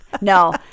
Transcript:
no